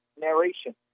narration